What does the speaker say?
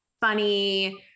funny